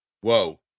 Whoa